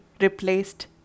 replaced